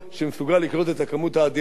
שמסוגל לקלוט את הכמות האדירה של